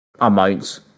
amounts